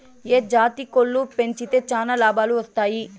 ఏ జాతి కోళ్లు పెంచితే చానా లాభాలు వస్తాయి?